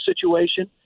situation